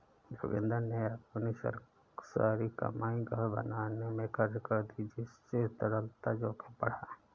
जोगिंदर ने अपनी सारी कमाई घर बनाने में खर्च कर दी जिससे तरलता जोखिम बढ़ा